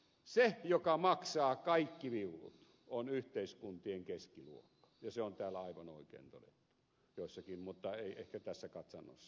se joka maksaa kaikki viulut on yhteiskuntien keskiluokka ja se on täällä aivan oikein todettu jossakin mutta ei ehkä tässä katsannossa